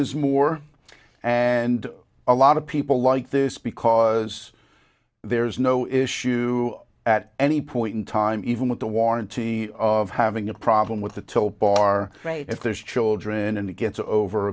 is more and a lot of people like this because there is no issue at any point in time even with the warranty of having a problem with the tilt bar if there's children and it gets over